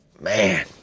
Man